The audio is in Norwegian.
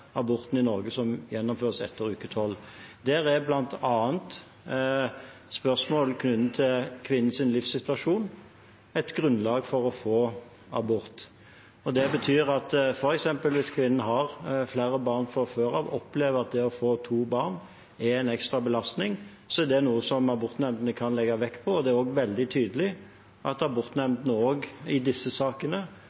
i Norge som gjennomføres etter uke 12. Der er bl.a. spørsmål knyttet til kvinnens livssituasjon et grunnlag for å få abort. Det betyr f.eks. at hvis kvinnen har flere barn fra før og opplever at det å få to barn til er en ekstra belastning, vil det være noe som abortnemnden kan legge vekt på. Det er også veldig tydelig at